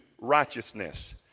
righteousness